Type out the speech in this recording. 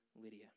Lydia